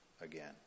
again